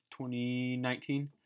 2019